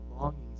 longings